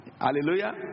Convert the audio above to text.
Hallelujah